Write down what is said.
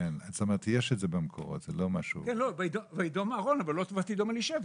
כן, ויידום אהרון אבל לא ותידום אלישבע.